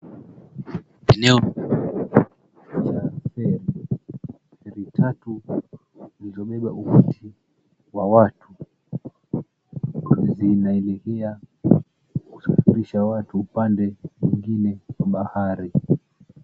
Eneo la feri. Feri tatu zilizobeba umati wa watu zinaelekea kusafirisha watu upande mwingine wa bahari.